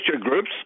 groups